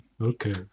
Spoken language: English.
Okay